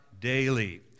Daily